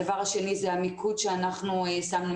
הדבר השני הוא המיקוד שאנחנו שמנו,